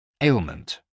ailment